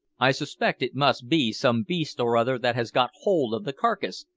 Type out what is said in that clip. i suspect it must be some beast or other that has got hold of the carcase,